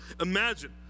Imagine